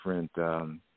different